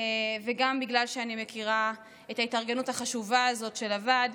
גם בגלל שאני מכירה את ההתארגנות החשובה הזאת של הוועד,